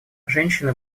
женщины